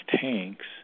tanks